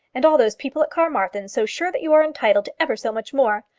and all those people at carmarthen so sure that you are entitled to ever so much more!